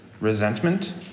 resentment